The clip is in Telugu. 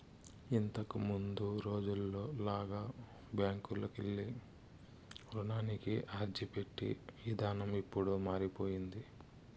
ఇంతకముందు రోజుల్లో లాగా బ్యాంకుకెళ్ళి రుణానికి అర్జీపెట్టే ఇదానం ఇప్పుడు మారిపొయ్యింది